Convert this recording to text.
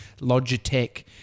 Logitech